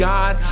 God